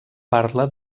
parla